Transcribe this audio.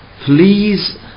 please